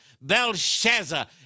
Belshazzar